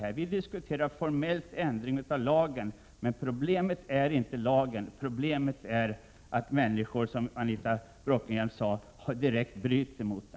Formellt diskuterar vi en ändring av lagen, men problemet är inte lagen utan att människor uppsåtligen bryter mot den, alltså förbrytare som Anita Bråkenhielm sade.